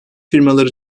firmaları